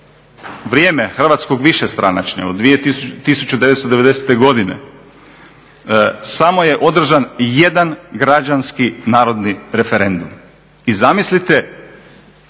vrijeme hrvatskog višestranačja, 1990. godine, samo je održan jedan građanski narodni referendum i zamislite